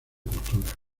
cultura